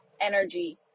energy